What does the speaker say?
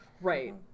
Right